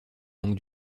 longue